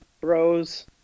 bros